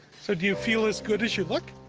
so do you feel as good as you look?